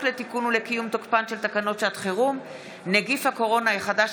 לתיקון ולקיום תוקפן של תקנות שעת חירום (נגיף הקורונה החדש,